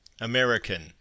American